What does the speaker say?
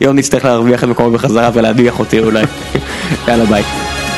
ויוני יצטרך להרוויח את מקומו בחזרה ולהדיח אותי אולי. יאללה ביי.